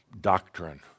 doctrine